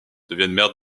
deviennent